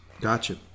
Gotcha